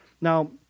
Now